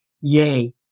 Yay